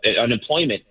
unemployment